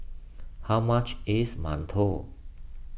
how much is Mantou